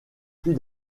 plus